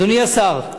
אדוני השר,